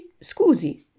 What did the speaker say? scusi